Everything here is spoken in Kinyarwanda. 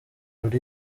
ally